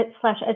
slash